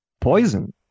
poison